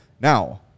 Now